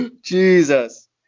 Jesus